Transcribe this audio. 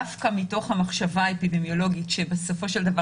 דווקא מתוך המחשבה האפידמיולוגית שבסופו של דבר